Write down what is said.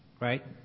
right